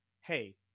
Hey